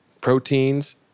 proteins